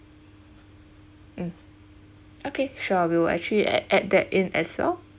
mm okay sure we will actually add add that in as well